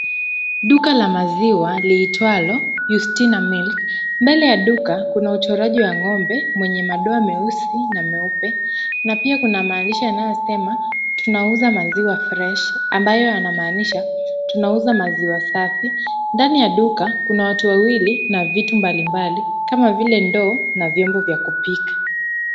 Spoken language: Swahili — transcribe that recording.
Duka la maziwa, liitwalo Yustina Milk. Mbele ya duka kuna uchoraji wa ng'ombe mwenye madoa meusi na meupe na pia kuna maandishi yanayosema tunauza maziwa fresh ambayo yanamaanisha tunauza maziwa safi. Ndani ya duka kuna watu wawili na vitu mbalimbali kama vile ndoo na vyombo vya kupika.